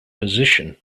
position